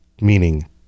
meaning